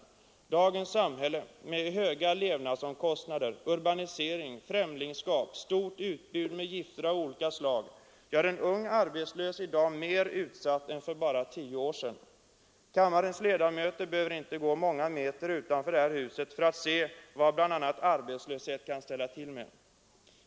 Dagens samhälle med höga levnadsomkostnader, urbanisering, främlingskap, stort utbud av gifter av olika slag gör en ung arbetslös mer utsatt i dag än för bara tio år sedan. Kammarens ledamöter behöver inte gå många meter utanför detta hus för att se vad bl.a. arbetslöshet kan ställa till med.